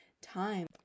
time